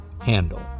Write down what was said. handle